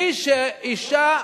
מי, אז תן לו תקופה,